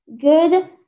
good